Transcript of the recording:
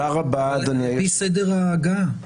זה על פי סדר ההגעה.